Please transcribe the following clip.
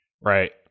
right